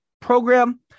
program